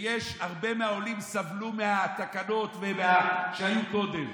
והרבה מהעולים סבלו מהתקנות שהיו קודם,